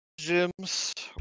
Gyms